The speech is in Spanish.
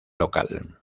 local